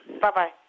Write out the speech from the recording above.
Bye-bye